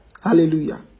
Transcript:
Hallelujah